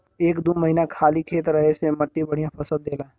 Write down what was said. एक दू महीना खाली खेत रहे से मट्टी बढ़िया फसल देला